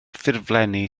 ffurflenni